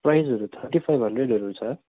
प्राइजहरू thirty five हन्ड्रेडहरू छ